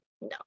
No